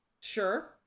sure